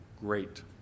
great